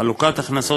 חלוקת הכנסות